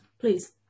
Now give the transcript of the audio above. Please